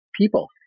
people